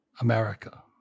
America